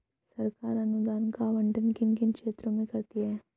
सरकार अनुदान का आवंटन किन किन क्षेत्रों में करती है?